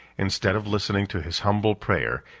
instead of listening to his humble prayer,